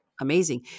amazing